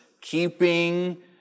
keeping